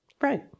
Right